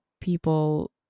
people